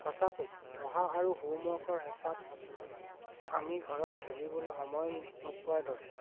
সঁচাকৈ পঢ়া আৰু হ'মৱৰ্কৰ হেঁচাত আমি ঘৰত খেলিবলৈ সময় নোপোৱাৰ দৰেই